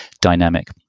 dynamic